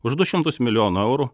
už du šimtus milijonų eurų